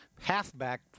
halfback